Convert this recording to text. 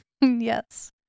Yes